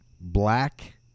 black